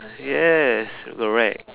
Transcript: yes you are right